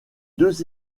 deux